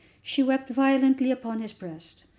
she wept violently upon his breast.